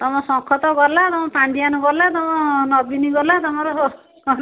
ତମ ଶଙ୍ଖ ତ ଗଲା ତମ ପାଣ୍ଡିଆନ୍ ଗଲା ତମ ନବିନ ଗଲା ତମର